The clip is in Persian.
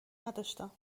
نداشتم